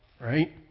Right